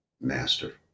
master